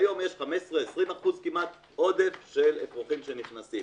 כיום יש כמעט 15%-20% עודף של אפרוחים שנכנסים,